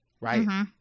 right